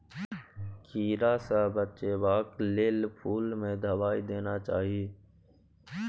कीड़ा सँ बचेबाक लेल फुल में दवाई देना चाही